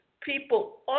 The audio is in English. people